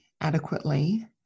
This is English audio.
adequately